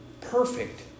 perfect